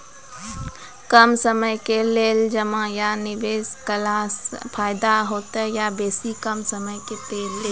कम समय के लेल जमा या निवेश केलासॅ फायदा हेते या बेसी समय के लेल?